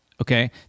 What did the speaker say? okay